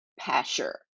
Pasher